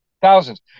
Thousands